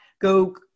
go